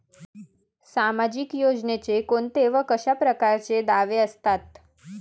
सामाजिक योजनेचे कोंते व कशा परकारचे दावे असतात?